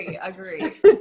agree